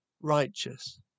righteous